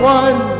one